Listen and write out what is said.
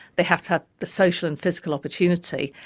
they have to have the social and physical opportunity,